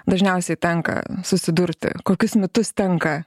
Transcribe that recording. dažniausiai tenka susidurti kokius mitus tenka